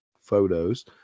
photos